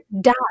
die